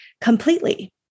completely